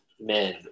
men